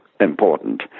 important